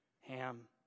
ham